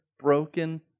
broken